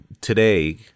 today